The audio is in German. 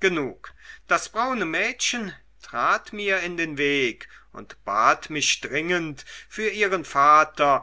genug das braune mädchen trat mir in den weg und bat mich dringend für ihren vater